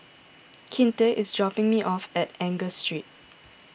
Kinte is dropping me off at Angus Street